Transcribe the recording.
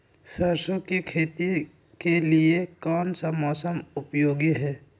सरसो की खेती के लिए कौन सा मौसम उपयोगी है?